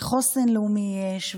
ולחוסן לאומי יש,